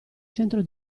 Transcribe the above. centro